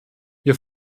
wir